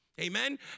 amen